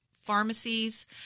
pharmacies